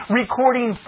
recording